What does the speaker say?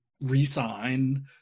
re-sign